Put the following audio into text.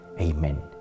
Amen